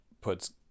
puts